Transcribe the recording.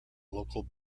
local